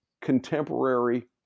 contemporary